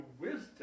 wisdom